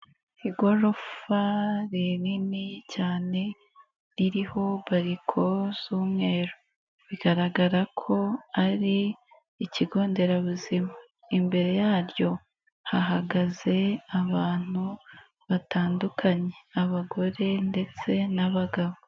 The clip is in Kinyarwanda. Igorofa rinini cyane ririho bariko z'umweru bigaragara ko ari ikigo nderabuzima. Imbere yaryo hahagaze abantu batandukanye, abagore ndetse n'abagabo.